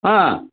ಹಾಂ